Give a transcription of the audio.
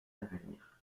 d’avenir